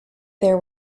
there